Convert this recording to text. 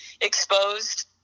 exposed